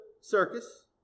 circus